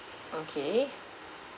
okay